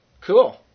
Cool